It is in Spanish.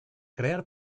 crear